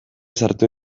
sartu